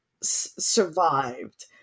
survived